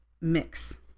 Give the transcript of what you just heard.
mix